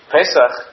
Pesach